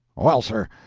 well, sir,